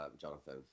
Jonathan